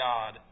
God